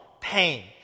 pain